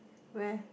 where